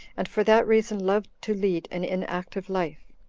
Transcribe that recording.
and for that reason loved to lead an inactive life.